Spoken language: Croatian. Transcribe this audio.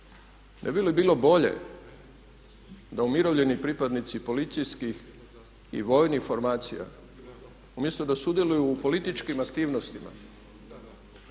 Ne bi li bilo bolje da umirovljeni pripadnici policijskih i vojnih formacija umjesto da sudjeluju u političkim aktivnostima,